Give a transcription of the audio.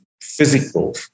physical